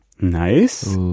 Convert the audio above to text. Nice